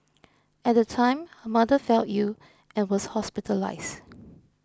at the time her mother fell ill and was hospitalised